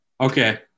okay